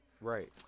Right